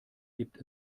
gibt